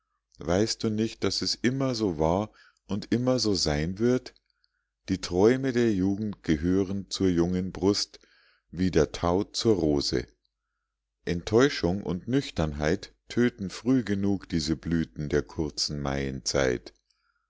weißt du nicht daß es immer so war und immer so sein wird die träume der jugend gehören zur jungen brust wie der tau zur rose enttäuschung und nüchternheit töten früh genug diese blüten der kurzen maienzeit